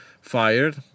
fired